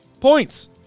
points